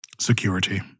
Security